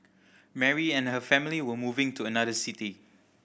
Mary and her family were moving to another city